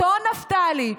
אותו נפתלי,